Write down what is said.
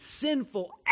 sinful